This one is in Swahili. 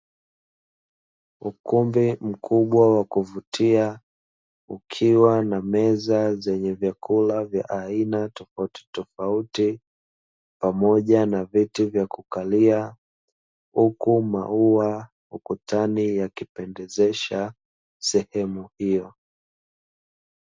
Ukumbi mkubwa wa kuvutia, ukiwa na meza zenye vyakula vya aina tofautitofauti pamoja na viti vya kukalia, huku maua ukutani yakipendezesha sehemu hiyo.